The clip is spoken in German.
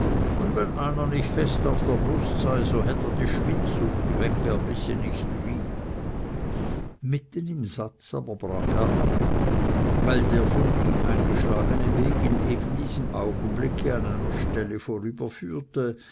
und wenn einer nicht fest auf der brust sei so hätt er die schwindsucht weg er wisse nicht wie mitten im satz aber brach er ab weil der von ihm eingeschlagene weg in eben diesem augenblick an einer stelle